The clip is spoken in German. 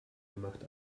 gemacht